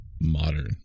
modern